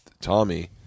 Tommy